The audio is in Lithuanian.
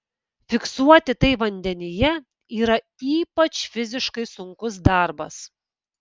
fiksuoti tai vandenyje yra ypač fiziškai sunkus darbas